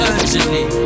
Urgently